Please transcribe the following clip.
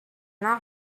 not